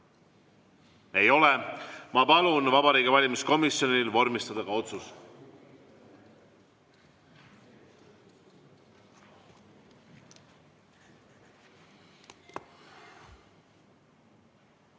Ei ole. Ma palun Vabariigi Valimiskomisjonil vormistada ka otsus.